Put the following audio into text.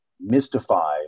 mystify